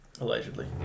Allegedly